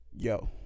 Yo